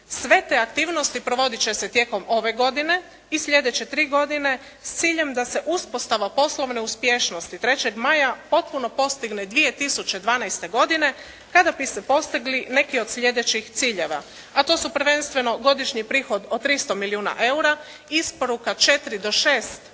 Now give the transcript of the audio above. Sve te aktivnosti provodit će se tijekom ove godine i slijedeće tri godine s ciljem da se uspostava poslovne uspješnosti "3. maja" potpuno postigne 2012. godine kada bi se postigli neki od slijedećih ciljeva a to su prvenstveno godišnji prihod od 300 milijuna eura, isporuka četiri do